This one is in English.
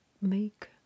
make